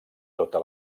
tota